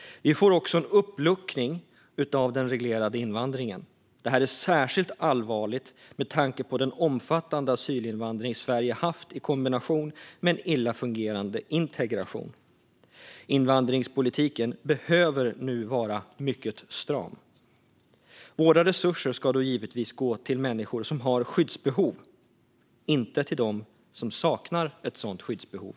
Vi får också en uppluckring av den reglerade invandringen. Det är särskilt allvarligt med tanke på den omfattande asylinvandring Sverige har haft i kombination med en illa fungerande integration. Invandringspolitiken behöver nu vara mycket stram. Våra resurser ska gå till människor som har skyddsbehov, inte till dem som saknar sådant skyddsbehov.